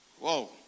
Whoa